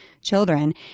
children